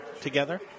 together